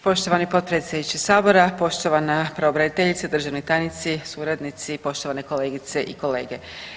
Poštovani potpredsjedniče Sabora, poštovana pravobraniteljice, državni tajnici, suradnici, poštovane kolegice i kolege.